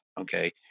okay